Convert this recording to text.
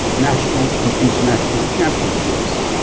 national and international championships,